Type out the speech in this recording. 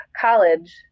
college